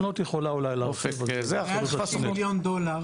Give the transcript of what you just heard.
הסוכנות יכולה אולי --- מעל 50 מיליון דולר